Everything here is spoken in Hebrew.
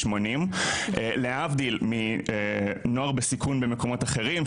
80. להבדיל מנוער בסיכון במקומות אחרים,